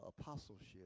apostleship